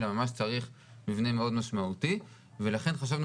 אלא ממש צריך מבנה מאוד משמעותי ולכן חשבנו